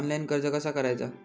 Online कर्ज कसा करायचा?